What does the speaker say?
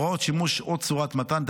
הוראות שימוש או צורת מתן,